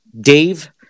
Dave